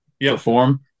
perform